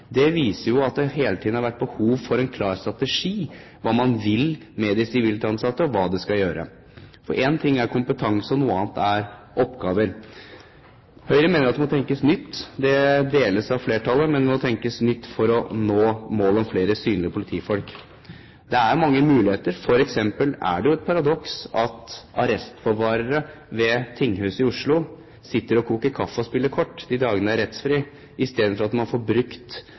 Det viser jo at det hele tiden har vært behov for en klar strategi for hva man vil med de sivilt ansatte, og hva de skal gjøre. Én ting er kompetanse, noe annet er oppgaver. Høyre mener at det må tenkes nytt – det deles av flertallet. Det må tenkes nytt for å nå målet om flere synlige politifolk. Det er mange muligheter, f.eks. er det et paradoks at arrestforvarere ved tinghuset i Oslo sitter og koker kaffe og spiller kort de dagene det er rettsmøtefri, i stedet for at man får brukt